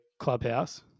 Clubhouse